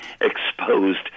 exposed